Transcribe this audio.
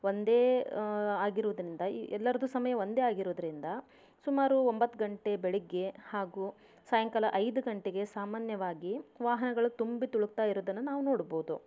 ಒಂದೇ ಆಗಿರೋದ್ರಿಂದ ಎಲ್ಲರದ್ದು ಸಮಯ ಒಂದೇ ಆಗಿರೋದ್ರಿಂದ ಸುಮಾರು ಒಂಬತ್ತು ಗಂಟೆ ಬೆಳಗ್ಗೆ ಹಾಗೂ ಸಾಯಂಕಾಲ ಐದು ಗಂಟೆಗೆ ಸಾಮಾನ್ಯವಾಗಿ ವಾಹನಗಳು ತುಂಬಿತುಳುಕ್ತಾ ಇರೋದನ್ನು ನಾವು ನೋಡ್ಬೋದು